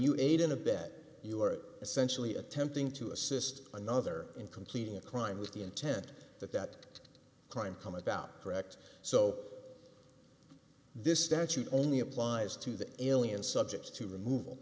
you aid and abet you are essentially attempting to assist another in completing a crime with the intent that that crime come about correct so this statute only applies to the alien subjects to remov